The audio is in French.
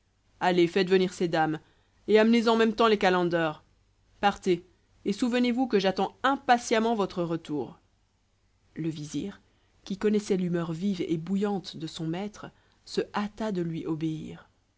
allez faites venir ces dames et amenez en même temps les calenders partez et souvenez-vous que j'attends impatiemment votre retour le vizir qui connaissait l'humeur vive et bouillante de son maître se hâta de lui obéir